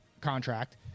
contract